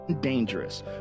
dangerous